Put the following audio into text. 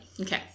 okay